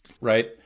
Right